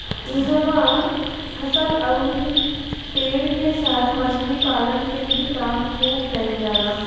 इहवा फसल अउरी पेड़ के साथ मछली पालन के भी काम खुब कईल जाला